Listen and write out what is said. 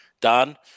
Done